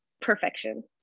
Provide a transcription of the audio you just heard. perfection